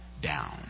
down